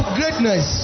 greatness